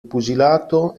pugilato